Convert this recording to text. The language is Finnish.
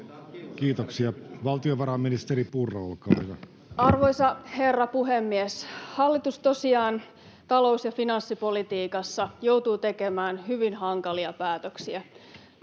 (Mika Lintilä kesk) Time: 16:32 Content: Arvoisa herra puhemies! Hallitus tosiaan talous- ja finanssipolitiikassa joutuu tekemään hyvin hankalia päätöksiä.